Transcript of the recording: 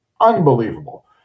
unbelievable